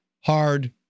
hard